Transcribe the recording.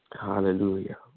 Hallelujah